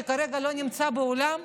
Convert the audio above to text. שכרגע לא נמצא באולם?